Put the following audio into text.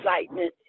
excitement